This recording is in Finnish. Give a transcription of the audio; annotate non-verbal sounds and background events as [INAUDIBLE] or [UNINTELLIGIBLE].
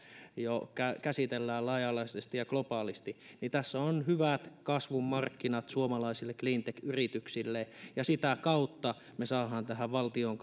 jo käsitellään laaja alaisesti ja globaalisti tässä on hyvät kasvun markkinat suomalaisille cleantech yrityksille ja sitä kautta me saamme valtion [UNINTELLIGIBLE]